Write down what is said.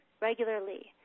regularly